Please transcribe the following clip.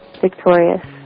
Victorious